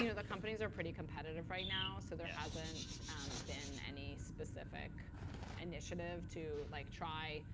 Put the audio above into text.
you know the companies are pretty competitive right now, so there hasn't been any specific initiative to like try.